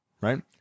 right